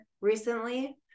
recently